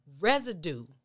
Residue